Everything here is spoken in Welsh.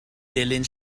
dilyn